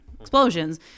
explosions